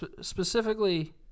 specifically